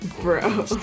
Bro